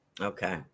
Okay